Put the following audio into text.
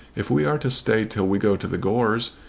if we are to stay till we go to the gores.